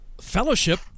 fellowship